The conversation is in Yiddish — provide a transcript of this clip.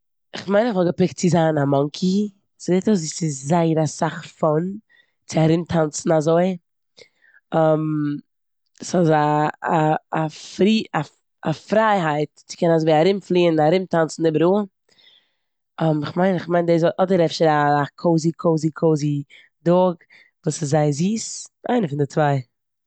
כ'מיין כ'וואלט געפיקט צו זיין א מאנקי. ס'זעט אויס ווי ס'איז זייער אסאך פאן צו ארומטאנצן אזוי. ס'איז אזא א- א- א פרי- א פרייהייט צו קענען אזויווי ארומפליען און ארומטאנצן איבעראל. כ'מיין- כ'מיין דאס וו- אדער אזא קאזי קאזי קאזי דאג וואס איז זייער זיס. איינער פון די צוויי.